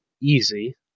easy